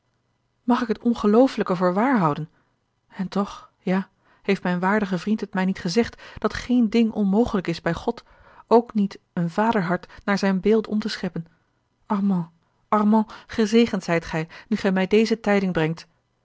mag ik het ongeloofelijke voor waar houden en toch ja heeft mijn waardige vriend het mij niet gezegd dat geen ding onmogelijk is bij god ook niet een vaderhart naar zijn beeld om te scheppen armand armand gezegend zijt gij nu gij mij deze tijding brengt